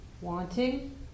wanting